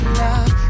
love